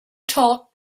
talk